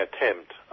attempt